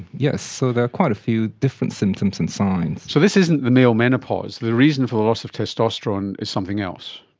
yes, so there are quite a few different symptoms and signs. so this isn't the male menopause. the reason for the loss of testosterone is something else.